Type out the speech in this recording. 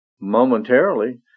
momentarily